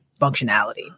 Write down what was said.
functionality